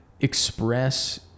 Express